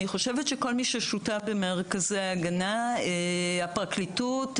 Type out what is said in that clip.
אני חושבת שכל מי ששותף במרכזי ההגנה: הפרקליטות,